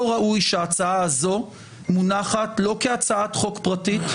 לא ראוי שההצעה הזאת מונחת, לא כהצעת חוק פרטית,